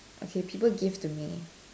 okay people give to me